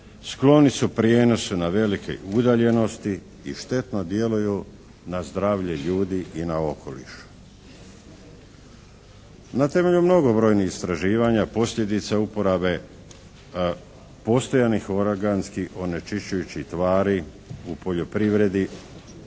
skloni su prijenosu na velike udaljenosti i štetno djeluju na zdravlje ljudi i na okoliš. Na temelju mnogobrojnih istraživanja posljedica uporabe postojanih organskih onečišćujućih tvari u poljoprivredi,